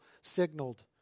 signaled